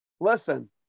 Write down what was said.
listen